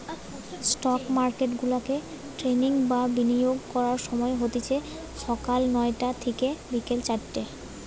stock মার্কেটগুলাতে trading বা বিনিয়োগ করার সময় হতিছে সকাল নয়টা থিকে বিকেল চারটে